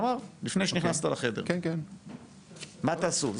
מה תעשו?